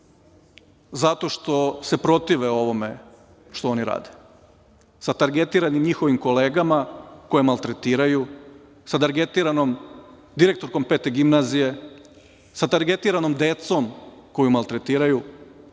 zato što se protive ovome što oni rade, sa targetiranim njihovim kolegama koje maltretiraju, sa targetiranom direktorkom Pete gimnazije, sa targetiranom decom koju maltretiraju,